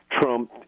Trump